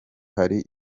hari